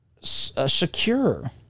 secure